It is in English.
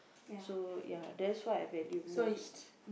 so ya that's why I value most